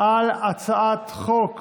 על הצעת חוק